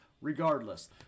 Regardless